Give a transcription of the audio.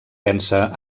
pensa